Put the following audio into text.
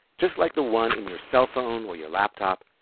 just like the one in your cell phone or your laptop,